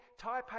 Taipei